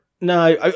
No